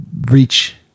reach